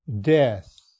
death